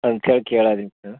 ಅದ್ಕಾ ಕೇಳಾಕತ್ತೀನಿ ಸರ್